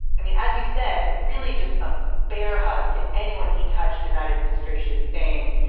i mean, as you said, really just a bear hug to anyone he touched in that administration, saying,